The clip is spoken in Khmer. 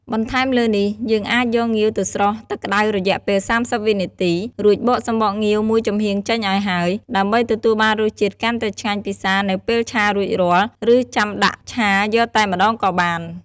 បន្ថែមលើនេះ យើងអាចយកងាវទៅស្រុះទឹកក្តៅរយ:ពេល៣០វិនាទី រួចបកសំបកងាវមួយចំហៀងចេញឲ្យហើយ ដើម្បីទទួលបានរសជាតិកាន់តែឆ្ងាញ់ពិសារនៅពេលឆារួចរាល់ ឬចាំដាក់ឆាយកតែម្តងក៏បាន។